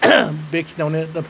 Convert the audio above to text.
बे खिनिआवनो दोनथ'बाय